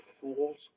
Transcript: fool's